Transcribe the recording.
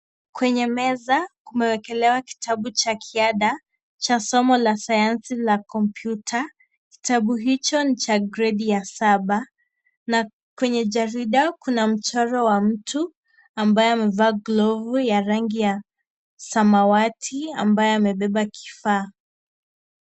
Kwenye meza kumewekekewa kitabu cha ziada cha somo ya sayansi ya komputa. Kitabu hicho ni Cha gradi ya saba na kwenye jarida Kuna mchoro wa mtu ambaye amevaa glovu ya rangi ya samawati ambaye amebeba kifaa.